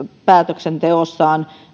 päätöksenteossaan